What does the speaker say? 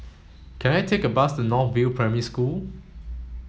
can I take a bus to North View Primary School